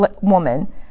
Woman